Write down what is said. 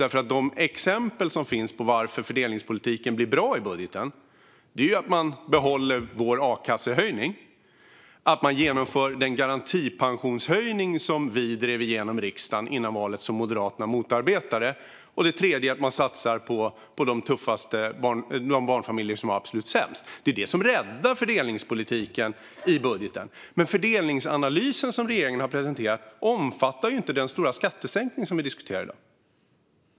De exempel som finns på att fördelningspolitiken i budgeten blir bra är nämligen att man behåller vår a-kassehöjning, att man genomför den garantipensionshöjning som vi drev igenom i riksdagen före valet och som Moderaterna motarbetade samt att man satsar på de barnfamiljer som har det absolut sämst. Det är det som räddar fördelningspolitiken i budgeten. Men den fördelningsanalys som regeringen har presenterat omfattar inte den stora skattesänkning som vi diskuterar i dag.